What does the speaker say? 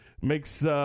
makes